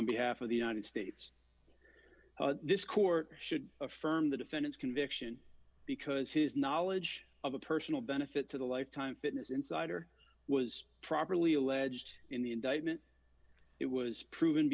on behalf of the united states this court should affirm the defendant's conviction because his knowledge of the personal benefit to the lifetime fitness insider was properly alleged in the indictment it was proven